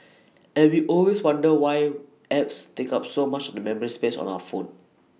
and we always wonder why apps take up so much the memory space on our phone